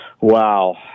Wow